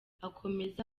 akomeza